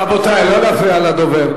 רבותי, לא להפריע לדובר.